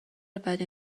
بدی